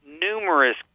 numerous